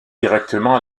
directement